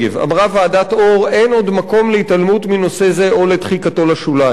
אמרה ועדת-אור: "אין עוד מקום להתעלמות מנושא זה או לדחיקתו לשוליים".